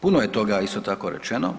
Puno je toga isto tako rečeno.